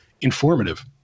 informative